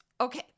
Okay